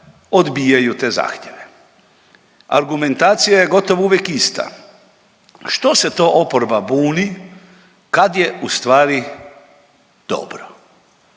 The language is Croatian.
odbijaju te zahtjeve. Argumentacija je gotovo uvijek ista. Što se to oporba buni kad je u stvari dobro.